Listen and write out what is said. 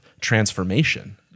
transformation